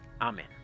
Amen